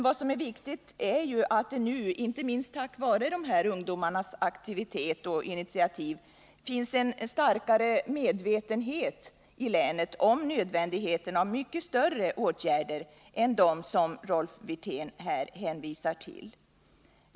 Vad som är viktigt är ju att det nu, inte minst tack vare de här ungdomarnas aktivitet och initiativ, finns en starkare medvetenhet i länet om nödvändigheten av mycket mer omfattande åtgärder än dem som Rolf Wirtén har talat om.